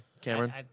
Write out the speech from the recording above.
Cameron